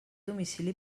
domicili